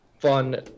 fun